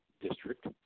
district